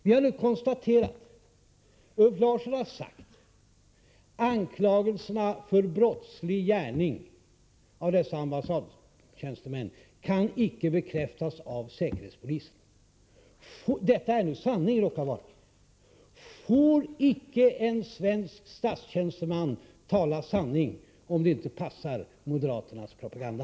Vi har nu konstaterat att Ulf Larsson har sagt att anklagelserna mot dessa ambassadtjänstemän för brottslig gärning icke kan bekräftas av säkerhetspolisen. Detta är alltså sanningen. Får icke en svensk statstjänsteman tala sanning, om detta inte passar moderaternas propaganda?